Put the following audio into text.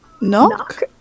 knock